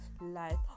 life